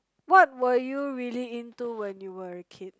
what were you really into when you were a kid